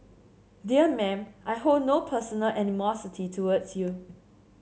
dear Mam I hold no personal animosity towards you